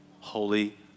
Holy